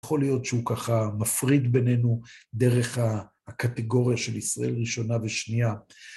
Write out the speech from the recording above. יכול להיות שהוא ככה מפריד בינינו דרך הקטגוריה של ישראל ראשונה ושנייה.